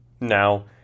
Now